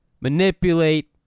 manipulate